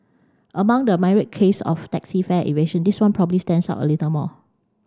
among the myriad case of taxi fare evasion this one probably stands out a little more